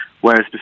whereas